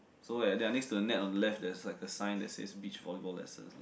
so like they are next to the net on the left there's like a sign that says beach volleyball lessons lah